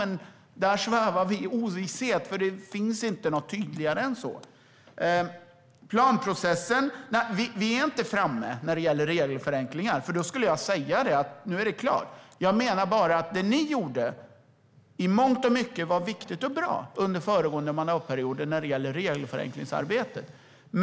Men där svävar vi i ovisshet eftersom det inte finns något tydligare än så. Vi är inte framme när det gäller regelförenklingar. I så fall skulle jag säga att det nu är klart. Jag menar bara att det som ni gjorde under föregående mandatperioder när det gäller regelförenklingsarbetet i mångt och mycket var viktigt och bra.